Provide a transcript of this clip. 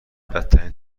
بدترین